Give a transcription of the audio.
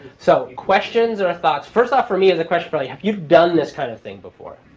so questions or thoughts? first off for me is a question, really, have you done this kind of thing before?